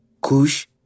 Cush